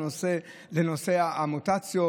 לנושא המוטציות?